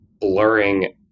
blurring